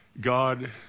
God